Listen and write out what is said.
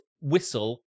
whistle